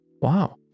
wow